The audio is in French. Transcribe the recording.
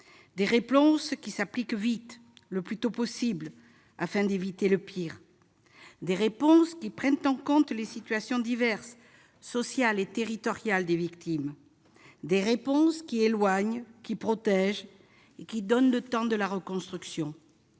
des réponses qui s'appliquent vite- le plus tôt possible, afin d'éviter le pire -, des réponses qui prennent en compte les situations sociales et territoriales diverses des victimes, des réponses qui éloignent, qui protègent et qui donnent le temps de la reconstruction,